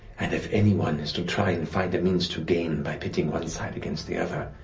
and if anyone is to try and find a means to gain by pitting one side against the other,